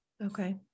Okay